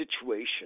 situation